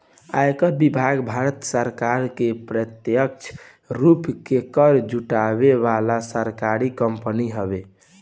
आयकर विभाग भारत सरकार के प्रत्यक्ष रूप से कर जुटावे वाला सरकारी कंपनी हवे